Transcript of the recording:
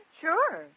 Sure